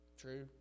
true